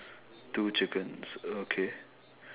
two chickens okay